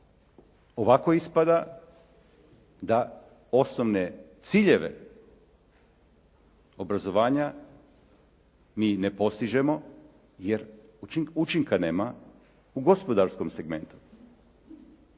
Ovako ispada da osnovne ciljeve obrazovanja mi ne postižemo jer učinka nema u gospodarskom segmentu.